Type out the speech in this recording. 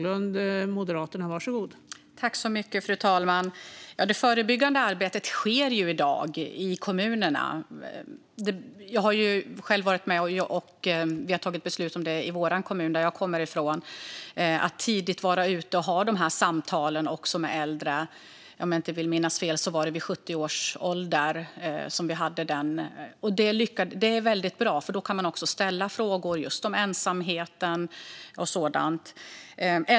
Fru talman! Det förebyggande arbetet sker i dag i kommunerna. Jag har själv varit med och tagit beslut i vår kommun om att tidigt vara ute och ha de här samtalen med äldre - om jag inte minns fel var det vid 70 års ålder. De samtalen är väldigt bra, för då kan man också ställa frågor om ensamhet och sådant.